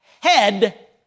head